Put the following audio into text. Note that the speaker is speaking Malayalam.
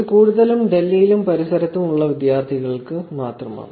ഇത് കൂടുതലും ഡൽഹിയിലും പരിസരത്തും ഉള്ള വിദ്യാർത്ഥികൾക്ക് മാത്രമാണ്